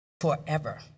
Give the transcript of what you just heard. forever